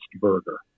burger